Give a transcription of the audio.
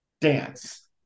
dance